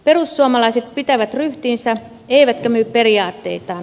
perussuomalaiset pitävät ryhtinsä eivätkä myy periaatteitaan